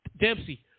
Dempsey